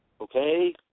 Okay